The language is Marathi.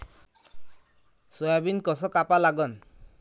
सोयाबीन कस कापा लागन?